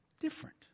different